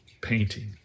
painting